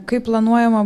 kaip planuojama